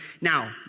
Now